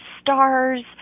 stars